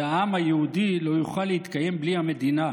והעם היהודי לא יוכל להתקיים בלי המדינה.